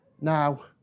Now